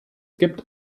gibt